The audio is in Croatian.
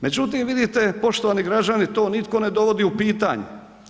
Međutim, vidite, poštovani građani, to nitko ne dogodi u pitanje.